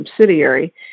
subsidiary